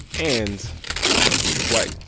and he was white